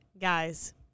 guys